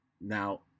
Now